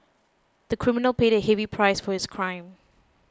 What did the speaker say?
the criminal paid a heavy price for his crime